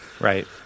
Right